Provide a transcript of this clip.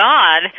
God